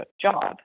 job